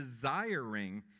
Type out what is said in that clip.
desiring